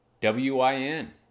W-I-N